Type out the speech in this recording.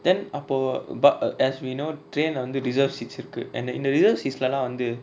then அப்போ:appo uh but uh as we know train lah வந்து:vanthu reserve seats இருக்கு:iruku and then இந்த:intha reserve seats lah lah வந்து:vanthu